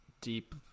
deep